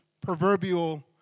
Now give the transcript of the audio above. proverbial